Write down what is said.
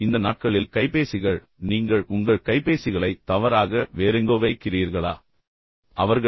இந்த நாட்களில் கைபேசிகள் நீங்கள் உங்கள் கைபேசிகளை தவறாக வேறெங்கோ வேறெங்கோ வைக்கிறீர்களா அல்லது அடிக்கடி உங்கள் கைபேசியை இழக்கிறீர்களா